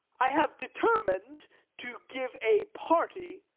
i have determined to give a party.